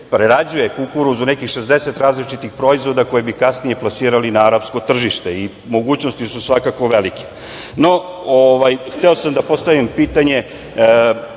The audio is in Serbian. prerađuje kukuruz u nekih 60 različitih proizvoda, koje bi kasnije plasirali na arapsko tržište i mogućnosti su svakako velike. Hteo sam da postavim pitanje